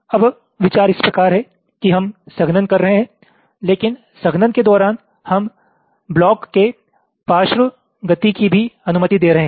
अब विचार इस प्रकार है कि हम संघनन कर रहे हैं लेकिन संघनन के दौरान हम ब्लॉक के पार्श्व गति की भी अनुमति दे रहे हैं